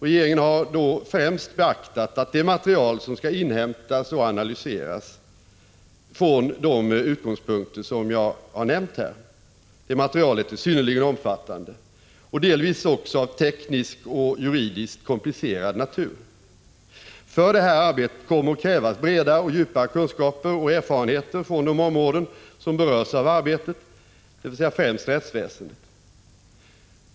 Regeringen har då främst beaktat att det material som skall inhämtas och analyseras från de utgångspunkter som jag här har nämnt är synnerligen omfattande och delvis också av tekniskt och juridiskt komplicerad natur. För detta arbete kommer att krävas breda och djupa kunskaper och erfarenheter från de områden som berörs av arbetet, dvs. främst rättsväsendet.